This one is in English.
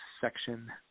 section